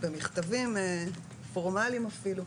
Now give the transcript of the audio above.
במכתבים פורמליים אפילו,